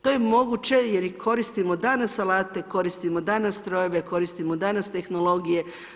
To je moguće jer i koristimo danas alate, koristimo danas strojeve, koristimo danas tehnologije.